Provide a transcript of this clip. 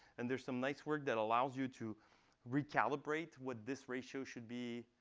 and there's some nice work that allows you to recalibrate what this ratio should be,